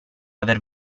aver